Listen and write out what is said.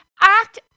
act